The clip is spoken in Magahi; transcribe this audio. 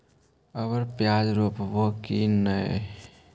अबर प्याज रोप्बो की नय?